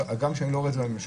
הגם שאני לא רואה את זה מהממשלה.